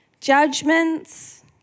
judgments